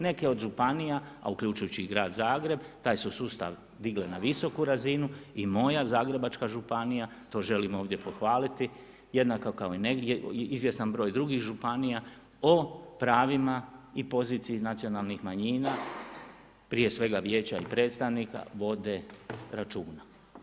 Neke od županija a uključujući i grad Zagreb taj su sustav digle na visoku razinu i moja Zagrebačka županija to želim ovdje pohvaliti, jednaka kao i negdje izvjestan broj drugih županija o pravima i poziciji iz nacionalnih manjina, prije svega vijeća i predstavnika, vode računa.